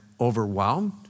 overwhelmed